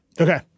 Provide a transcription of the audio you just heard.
Okay